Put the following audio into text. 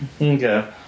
Okay